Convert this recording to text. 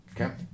Okay